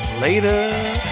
Later